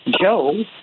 Joe